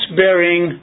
bearing